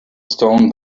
stone